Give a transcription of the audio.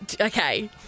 okay